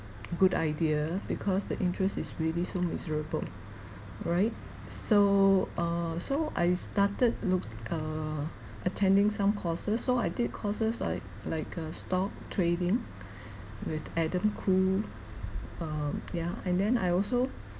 good idea because the interest is really so miserable alright so uh so I started looked err attending some courses so I did courses like I like uh stock trading with adam khoo um yeah and then I also